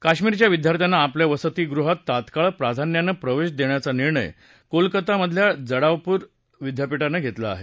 कश्मीरच्या विद्यार्थ्यांना आपल्या वस्तीगृहात तात्काळ प्राधान्यानं प्रवेश देण्याचा निर्णय कोलकाता मधल्या जडावपूर विद्यापीठानं येतला आहे